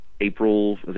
April